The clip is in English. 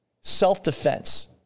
self-defense